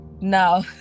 Now